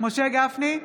משה גפני,